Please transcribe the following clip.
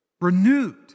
renewed